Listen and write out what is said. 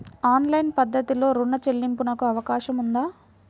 Online పద్ధతిలో రుణ చెల్లింపునకు అవకాశం ఉందా?